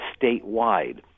statewide